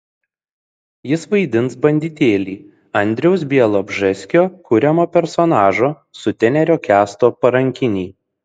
jis vaidins banditėlį andriaus bialobžeskio kuriamo personažo sutenerio kęsto parankinį